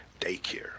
daycare